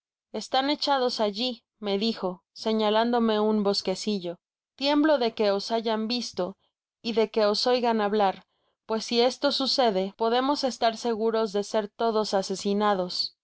están echados alli me dijo señalándome un bosquecillo tiemblo de que os hayan visto y de que os oigan hablar pues si esto sucede podemos estar seguros de ser todos asesinados